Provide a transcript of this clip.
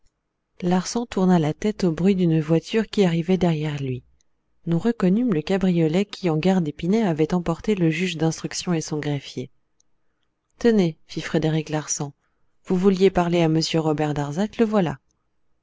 larsan tourna la tête au bruit d'une voiture qui arrivait derrière lui nous reconnûmes le cabriolet qui en gare d'épinay avait emporté le juge d'instruction et son greffier tenez fit frédéric larsan vous vouliez parler à m robert darzac le voilà